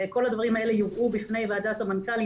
כל הדברים האלה יובאו בפני ועדת המנכ"לים.